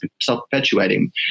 self-perpetuating